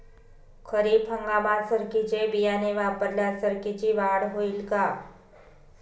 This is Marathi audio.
खरीप हंगामात सरकीचे बियाणे वापरल्यास सरकीची वाढ होईल का?